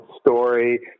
story